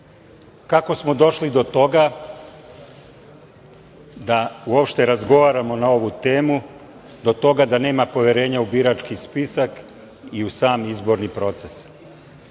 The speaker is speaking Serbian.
smo došli do toga da uopšte razgovaramo na ovu temu, do toga da nema poverenja u birački spisak i u sam izborni proces?